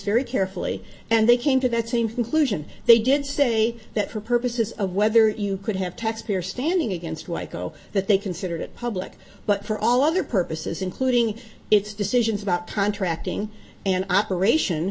very carefully and they came to that same conclusion they did say that for purposes of whether you could have taxpayer standing against waikato that they considered it public but for all other purposes including its decisions about contracting an operation